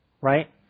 right